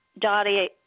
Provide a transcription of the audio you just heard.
Dottie